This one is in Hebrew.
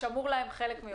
שמור להם חלק מיוחד בדיון.